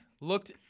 looked